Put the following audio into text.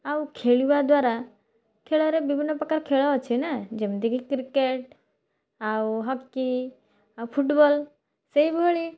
ଆଉ ଖେଳିବା ଦ୍ୱାରା ଖେଳରେ ବିଭିନ୍ନ ପ୍ରକାର ଖେଳ ଅଛି ନା ଯେମିତିକି କ୍ରିକେଟ୍ ଆଉ ହକି ଆଉ ଫୁଟବଲ୍ ସେଇଭଳି